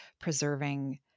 preserving